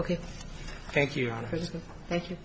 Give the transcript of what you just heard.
ok thank you thank you